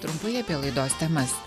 trumpai apie laidos temas